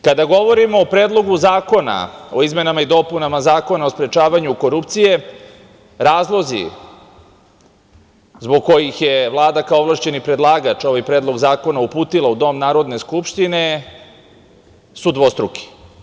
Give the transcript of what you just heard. Kada govorimo o Predlogu zakona o izmenama i dopunama Zakona o sprečavanju korupcije, razlozi zbog kojih je Vlada, kao ovlašćeni predlagač, ovaj predlog zakona uputila u Dom Narodne skupštine su dvostruki.